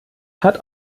hat